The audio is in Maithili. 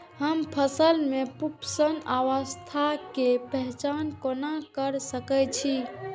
हम फसल में पुष्पन अवस्था के पहचान कोना कर सके छी?